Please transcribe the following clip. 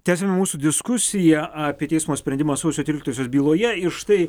tęsiame mūsų diskusiją apie teismo sprendimą sausio tryliktosios byloje ir štai